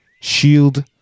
Shield